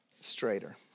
straighter